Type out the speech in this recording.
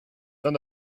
none